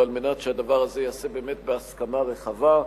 וכדי שהדבר הזה ייעשה באמת בהסכמה רחבה,